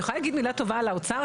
אני יכולה להגיד מילה טובה על האוצר?